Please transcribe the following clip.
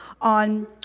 on